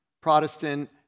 Protestant